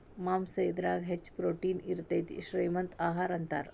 ಮಾಂಸಾ ಇದರಾಗ ಹೆಚ್ಚ ಪ್ರೋಟೇನ್ ಇರತತಿ, ಶ್ರೇ ಮಂತ ಆಹಾರಾ ಅಂತಾರ